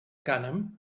cànem